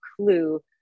clue